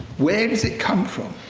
where does it come from?